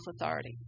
authority